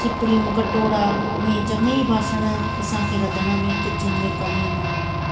सिपिड़ियूं कटोरा इएं चंङा ई बासण असांखे रधण में किचन में कमु ईंदा आहिनि